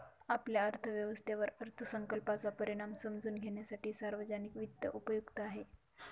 आपल्या अर्थव्यवस्थेवर अर्थसंकल्पाचा परिणाम समजून घेण्यासाठी सार्वजनिक वित्त उपयुक्त आहे